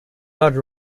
large